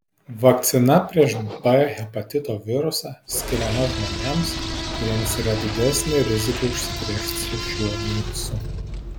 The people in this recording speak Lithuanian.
vakcina prieš b hepatito virusą skiriama žmonėms kuriems yra didesnė rizika užsikrėsti šiuo virusu